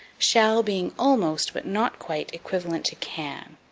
shall being almost, but not quite, equivalent to can.